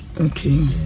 Okay